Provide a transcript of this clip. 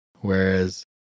Whereas